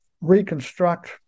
reconstruct